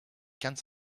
ganz